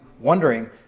wondering